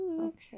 Okay